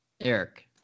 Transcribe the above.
Eric